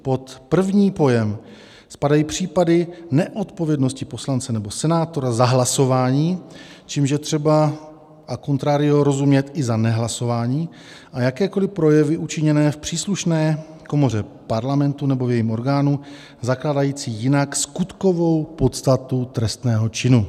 Pod první pojem spadají případy neodpovědnosti poslance nebo senátora za hlasování, čímž je třeba a contrario rozumět i za nehlasování a jakékoliv projevy učiněné v příslušné komoře Parlamentu nebo v jejím orgánu, zakládající jinak skutkovou podstatu trestného činu.